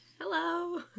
Hello